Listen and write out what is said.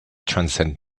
transcend